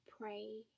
pray